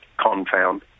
confound